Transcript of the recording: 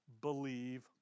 Believe